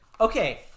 Okay